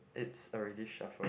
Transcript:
it's already shuffle